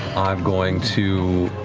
i'm going to.